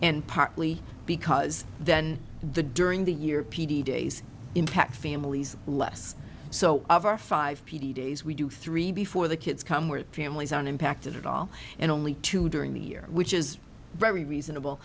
and partly because then the during the year p t days impact families less so of our five days we do three before the kids come where families are impacted at all and only two during the year which is very reasonable